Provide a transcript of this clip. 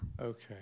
Okay